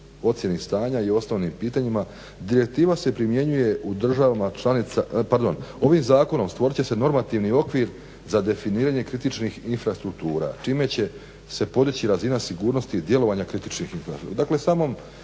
ocjeni stanja i osnovnim pitanjima: "Direktiva se primjenjuje u državama članicama, pardon, ovim zakonom stvorit će se normativni okvir za definiranje kritičnih infrastruktura čime će se podići razina sigurnosti i djelovanja kritičkih infrastruktura."